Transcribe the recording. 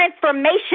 transformation